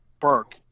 Burke